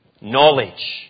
knowledge